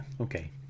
Okay